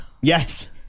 yes